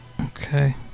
Okay